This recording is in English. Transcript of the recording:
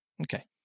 Okay